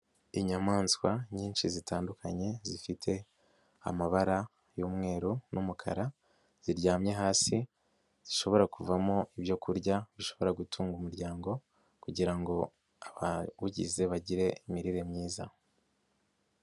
Inyamaswa nyinshi zitandukanye zifite amabara y'umweru n'umukara, ziryamye hasi, zishobora kuvamo ibyo kurya, bishobora gutunga umuryango kugira ngo abawugize bagire imirire myiza.